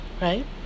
right